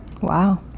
Wow